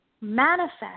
manifest